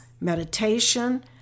meditation